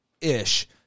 ish